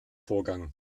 vorgang